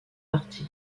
martyr